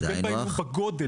ההבדל ביניהם הוא בגודל.